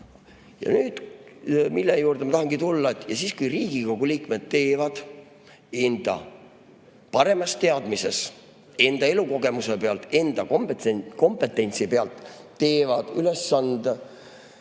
nüüd, mille juurde ma tahangi tulla, siis kui Riigikogu liikmed teevad enda paremas teadmises, enda elukogemuse pealt, enda kompetentsi pealt ülesande,